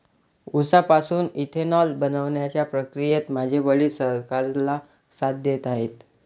उसापासून इथेनॉल बनवण्याच्या प्रक्रियेत माझे वडील सरकारला साथ देत आहेत